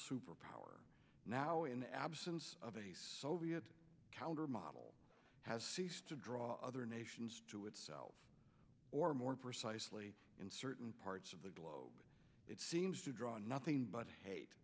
superpower now in the absence of any soviet counter model has ceased to draw other nations to itself or more precisely in certain parts of the globe it seems to draw nothing but hate